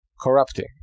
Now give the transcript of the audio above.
corrupting